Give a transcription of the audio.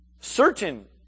certain